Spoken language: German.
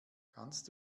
kannst